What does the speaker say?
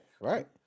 Right